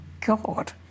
God